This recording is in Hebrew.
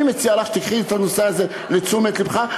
אני מציע לך שתיקחי את הנושא הזה לתשומת לבך,